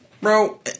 Bro